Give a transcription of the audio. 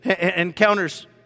encounters